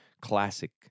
classic